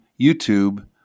YouTube